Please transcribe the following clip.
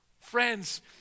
friends